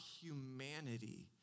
humanity